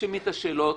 תרשמי את השאלות,